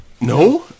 No